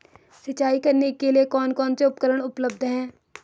सिंचाई करने के लिए कौन कौन से उपकरण उपलब्ध हैं?